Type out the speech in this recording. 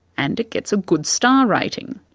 and it gets a good star rating.